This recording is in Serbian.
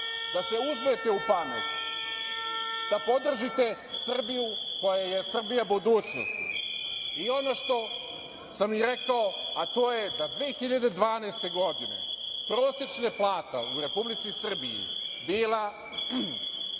da se uzmete u pamet, da podržite Srbiju koja je Srbija budućnosti. Ono što sam rekao da 2012. godine, prosečna plata u Republici Srbiji bila